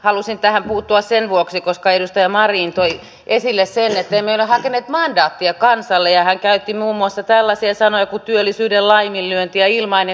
halusin tähän puuttua sen vuoksi koska edustaja marin toi esille sen että emme ole hakeneet mandaattia kansalle ja hän käytti muun muassa tällaisia sanoja kuin työllisyyden laiminlyönti ja ilmainen työ